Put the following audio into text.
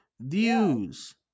views